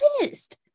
pissed